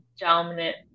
dominant